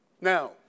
Now